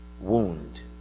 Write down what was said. wound